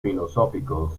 filosóficos